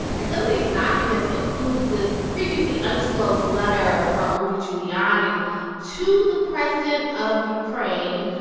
and some of these documents include this previously undisclosed letter from rudy giuliani to the president of ukraine,